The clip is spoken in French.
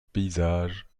paysage